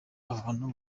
abantu